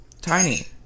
Tiny